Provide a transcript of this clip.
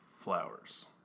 Flowers